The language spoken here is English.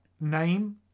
name